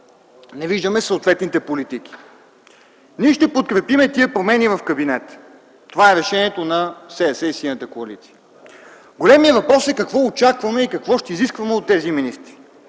не виждаме, са съответните политики. Ние ще променим тези промени в кабинета. Това е решението на СДС и Синята коалиция. Големият въпрос е какво очакваме и какво ще изискваме от тези министри.